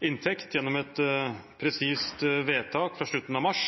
inntekt gjennom et presist vedtak fra slutten av mars,